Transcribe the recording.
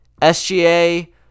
SGA